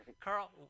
Carl